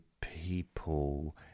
people